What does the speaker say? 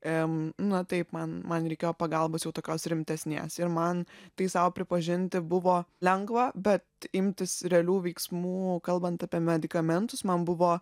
em nu taip man man reikėjo pagalbos jau tokios rimtesnės jau man tai sau pripažinti buvo lengva bet imtis realių veiksmų kalbant apie medikamentus man buvo